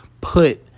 put